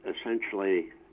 essentially